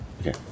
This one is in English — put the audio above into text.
Okay